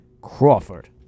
Crawford